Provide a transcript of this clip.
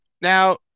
Now